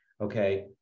okay